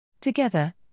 Together